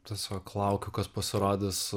tiesiog laukiu kas pasirodys